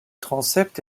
transept